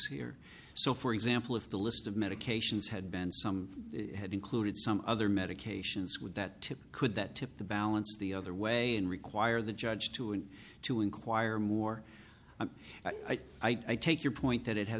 here so for example if the list of medications had been some had included some other medications would that tip could that tip the balance the other way and require the judge to and to inquire more and i take your point that it has